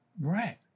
Right